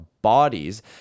bodies